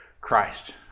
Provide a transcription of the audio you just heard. Christ